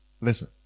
Listen